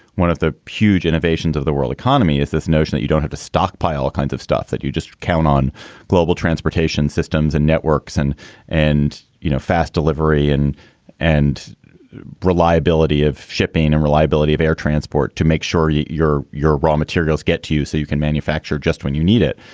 one of the huge innovations of the world economy is this notion that you don't have to stockpile all kinds of stuff, that you just count on global transportation systems and networks and and, you know, fast delivery and and reliability of shipping and reliability of air transport to make sure your your raw materials get to you so you can manufacture just when you need it.